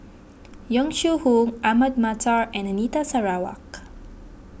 Yong Shu Hoong Ahmad Mattar and Anita Sarawak